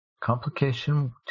Complication